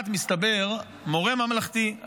אחד: מסתבר שמורה ממלכתי,